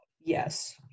Yes